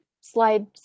Slide